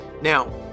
Now